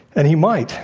and he might